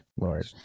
Lord